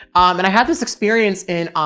and i had this experience in, um,